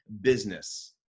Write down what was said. business